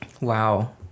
Wow